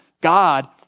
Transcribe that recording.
God